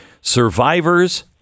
Survivor's